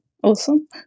Awesome